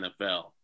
NFL